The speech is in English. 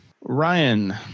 Ryan